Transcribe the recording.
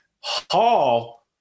Hall